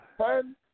ten